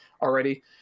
already